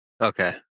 Okay